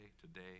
today